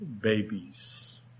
babies